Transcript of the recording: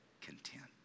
content